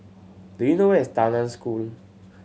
do you know where is Tao Nan School